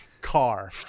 Car